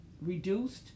reduced